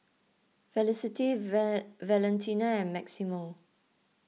Felicity Valentina and Maximo